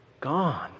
Gone